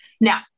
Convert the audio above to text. Now